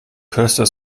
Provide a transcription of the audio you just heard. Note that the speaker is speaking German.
köster